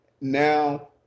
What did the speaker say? now